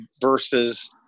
versus